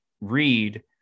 read